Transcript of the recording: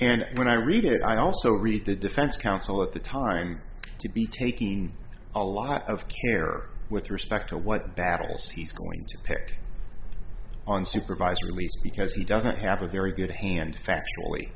and when i read it i also read the defense counsel at the time to be taking a lot of care with respect to what battles he's going to pick on supervised release because he doesn't have a very good hand